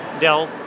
Dell